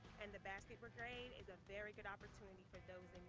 and the basket brigade is a very good opportunity for those